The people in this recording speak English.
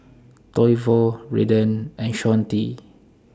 Toivo Redden and Shawnte